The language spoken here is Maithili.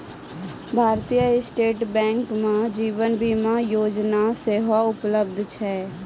भारतीय स्टेट बैंको मे जीवन बीमा योजना सेहो उपलब्ध छै